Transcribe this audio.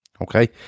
Okay